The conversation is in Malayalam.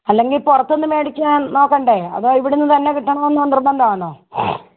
അല്ലെങ്കിൽ പുറത്തുനിന്ന് മേടിക്കാൻ നോക്കണ്ടേ അതോ ഇവിടുന്ന് തന്നെ കിട്ടണമെന്ന് നിർബന്ധം ആണോ